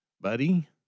buddy